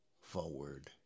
forward